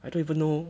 I don't even know